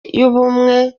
y’ubuntu